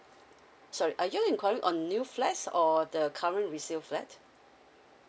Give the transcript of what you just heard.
sorry are you in calling on new flats or the current resale flat